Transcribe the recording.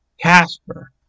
Casper